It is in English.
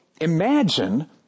imagine